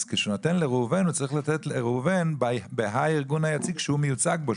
אז כשהוא נותן לראובן הוא צריך לתת לראובן בהארגון היציג שהוא מיוצג בו,